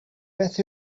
beth